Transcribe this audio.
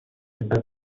رسد